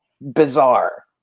bizarre